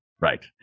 Right